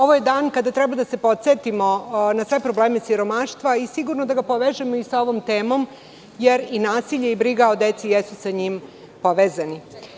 Ovo je dan kada treba da se podsetimo na sve probleme siromaštva i sigurno da ga povežemo i sa ovom temo, jer i nasilje i briga o deci jesu sa njim povezani.